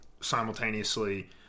simultaneously